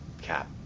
cap